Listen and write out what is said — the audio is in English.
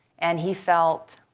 and he felt